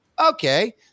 Okay